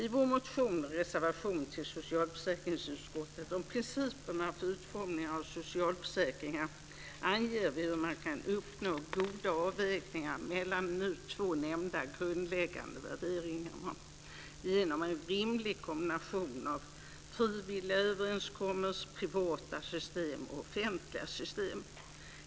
I vår motion om principerna för utformning av socialförsäkringarna, och i vår reservation till socialförsäkringsutskottet, anger vi hur man kan göra goda avvägningar mellan de två nu nämnda grundläggande värderingarna genom en rimlig kombination av frivilliga överenskommelser, privata system och offentliga system.